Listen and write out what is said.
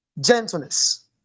gentleness